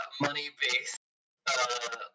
money-based